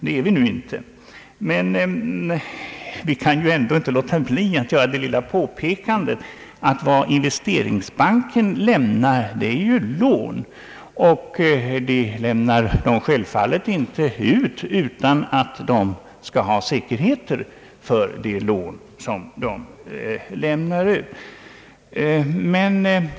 Det är vi nu inte men vi kan inte låta bli att påpeka att vad Investeringsbanken lämnar är lån, som man inte får ge utan säkerhet.